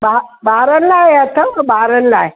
ॿा ॿारनि लाइ अथव ॿारनि लाइ